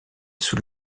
sous